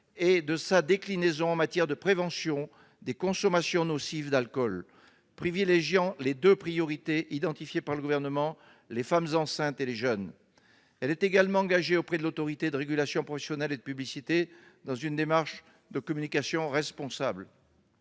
de celui-ci en matière de prévention des consommations nocives d'alcool, en cohérence avec les deux priorités fixées par le Gouvernement : les femmes enceintes et les jeunes. Elle est également engagée auprès de l'Autorité de régulation professionnelle de la publicité dans une démarche de communication responsable.